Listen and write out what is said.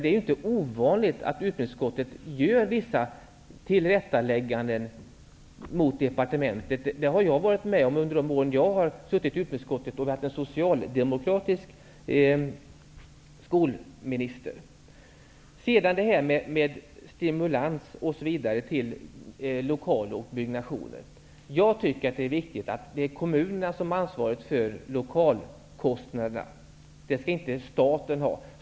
Det är inte ovanligt att utbildningsutskottet gör vissa tillrättalägganden gentemot departementet. Det har jag varit med om under de år jag har suttit i utbildningsutskottet och vi haft en socialdemokratisk skolminister. Sedan några ord om stimulans till lokaler och byggnationer. Jag tycker att det är viktigt att kommunerna har ansvaret för lokalkostnaderna. Det skall inte staten ha.